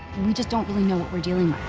we just don't really know what we're dealing